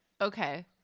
Okay